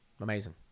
Amazing